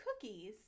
cookies